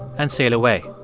and sail away.